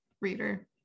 reader